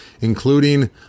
including